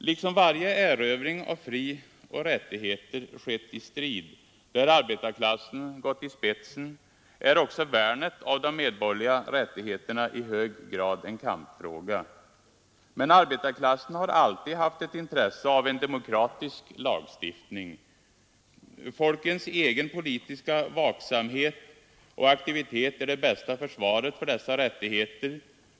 Liksom varje erövring av frioch rättigheter skett i strid, där arbetarklassen gått i spetsen, är också värnet av de medborgerliga rättigheterna i hög grad en kampfråga. Men arbetarklassen har alltid haft ett intresse av en demokratisk lagstiftning. Folkets egen politiska vaksamhet och aktivitet är det bästa försvaret för dess rättigheter.